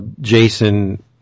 Jason